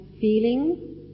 feeling